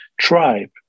tribe